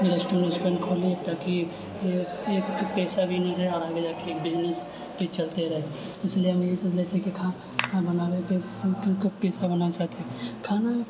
restaurant खोली ताकि पैसा भी आबै आओर आगे जाकऽ ई बिजनेस चलिते रहै इसिलिय हम ई सोचने छी कि खाना बनाबैके शौकके पेशा बनाबैके साथे खाना